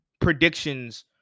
predictions